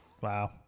wow